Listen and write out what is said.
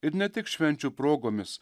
ir ne tik švenčių progomis